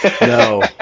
No